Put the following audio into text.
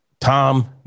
tom